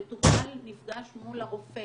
המטופל נפגש מול הרופא,